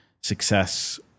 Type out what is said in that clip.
success